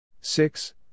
six